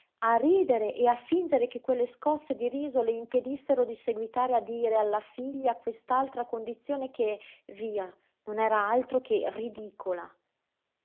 a ridere e a fingere che quelle scosse di riso le impedissero di seguitare a dire alla figlia quest'altra condizione che via non era altro che ridicola